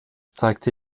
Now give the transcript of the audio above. zeigte